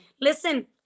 Listen